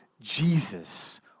Jesus